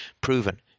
proven